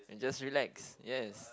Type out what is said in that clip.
and just relax yes